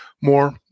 more